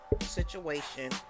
situation